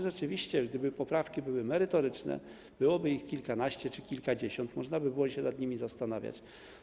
Rzeczywiście, gdyby poprawki były merytoryczne, było ich kilkanaście czy kilkadziesiąt, można by się było nad nimi zastanawiać.